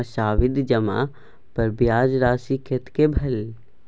हमर सावधि जमा पर ब्याज राशि कतेक भेल?